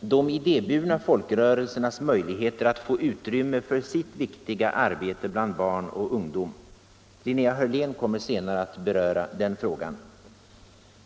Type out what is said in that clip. de idéburna folkrörelsernas möjligheter att få utrymme för sitt viktiga arbete bland barn och ungdom. Linnea Hörlén kommer senare att beröra den frågan.